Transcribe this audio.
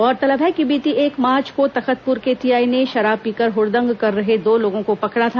गौरतलब है कि बीती एक मार्च को तखतपुर के टीआई ने शराब पीकर हडदंग कर रहे दो लोगों को पकड़ा था